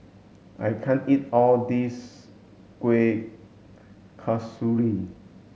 I can't eat all this Kueh Kasturi